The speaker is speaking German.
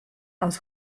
aus